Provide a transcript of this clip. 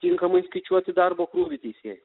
tinkamai skaičiuoti darbo krūvį teisėjų